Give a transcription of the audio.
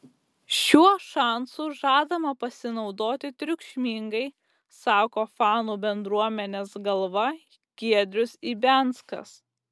šiuo šansu žadama pasinaudoti triukšmingai sako fanų bendruomenės galva giedrius ibianskas